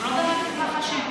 הם לא באמת מתרחשים,